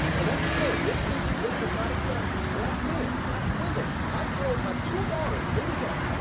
and understand, this issue just does not affect black men, black women. i've told my two daughters, here we go.